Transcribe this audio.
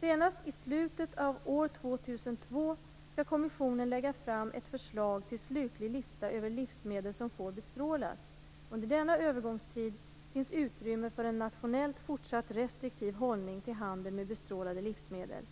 Senast i slutet av år 2002 skall kommissionen lägga fram ett förslag till slutlig lista över livsmedel som får bestrålas. Under denna övergångstid finns utrymme för en nationellt fortsatt restriktiv hållning till handel med bestrålade livsmedel.